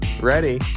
ready